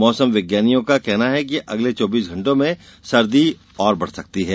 मौसम विज्ञानियों का कहना है कि अगले चौबीस घण्टों में सर्दी और बढ़ सकती है